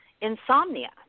insomnia